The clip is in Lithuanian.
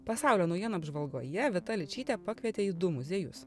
pasaulio naujienų apžvalgoje vita ličytė pakvietė į du muziejus